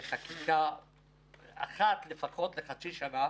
וחקיקה לפחות אחת לחצי שנה.